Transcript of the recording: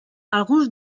alguns